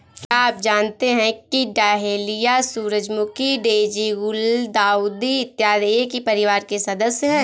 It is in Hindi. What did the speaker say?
क्या आप जानते हैं कि डहेलिया, सूरजमुखी, डेजी, गुलदाउदी इत्यादि एक ही परिवार के सदस्य हैं